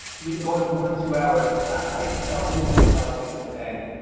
we've been going for more than two hours. i don't really want this conversation to end.